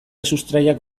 sustraiak